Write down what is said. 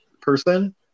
person